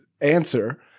answer